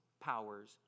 powers